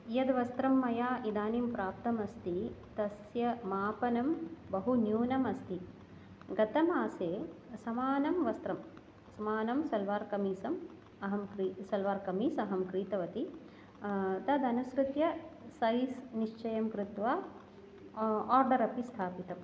यद् वस्त्रं मया इदानीं प्राप्तमस्ति तस्य मापनं बहु न्यूनमस्ति गतमासे समानं वस्त्रं समानं सेल्वार्कमीसम् अहं क्री सेल्वार्कमीस् अहं क्रीतवती तद् अनुसृत्य सैज़् निश्चयं कृत्वा आर्डर् अपि स्थापितम्